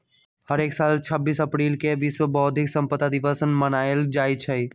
हरेक साल छब्बीस अप्रिल के विश्व बौधिक संपदा दिवस मनाएल जाई छई